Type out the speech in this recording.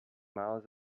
miles